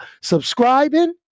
subscribing